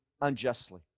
unjustly